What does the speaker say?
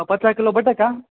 પચાસ કિલો બટાકા